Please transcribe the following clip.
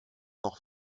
noch